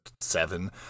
seven